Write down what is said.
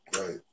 Right